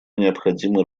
необходимо